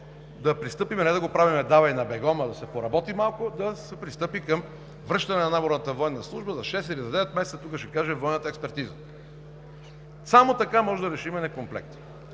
– 3 години – не да го правим давай на бегом, а да се поработи малко, да се пристъпи към връщане на наборната военна служба за шест или за девет месеца. Това ще каже военната експертиза. Само така можем да решим некомплекта,